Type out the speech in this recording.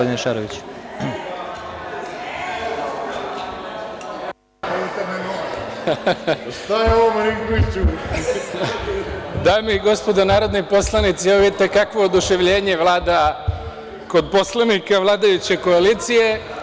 Dame i gospodo narodni poslanici, evo, vidite kakvo oduševljenje vlada kod poslanika vladajuće koalicije.